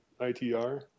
ITR